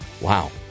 wow